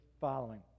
following